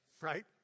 right